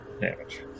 damage